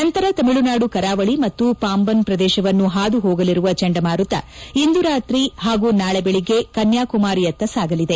ನಂತರ ತಮಿಳುನಾಡು ಕರಾವಳಿ ಮತ್ತು ಪಾಂಬನ್ ಪ್ರದೇಶವನ್ನು ಹಾದುಹೋಗಲಿರುವ ಚಂಡಮಾರುತ ಇಂದು ರಾತ್ರಿ ಹಾಗೂ ನಾಳೆ ಬೆಳಗ್ಗೆ ಕನ್ನಾಕುಮಾರಿಯತ್ತ ಸಾಗಲಿದೆ